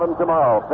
tomorrow